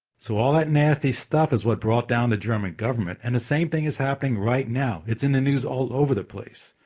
so all that nasty stuff is what brought down the german government, and the same thing is happening right now. it's in the news all over the place.